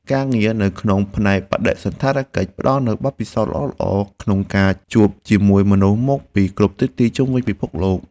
ការងារនៅក្នុងផ្នែកបដិសណ្ឋារកិច្ចផ្តល់នូវបទពិសោធន៍ល្អៗក្នុងការជួបជាមួយមនុស្សមកពីគ្រប់ទិសទីជុំវិញពិភពលោក។